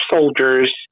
soldiers